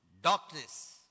darkness